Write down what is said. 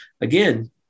again